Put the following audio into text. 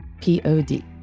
P-O-D